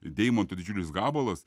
deimanto didžiulis gabalas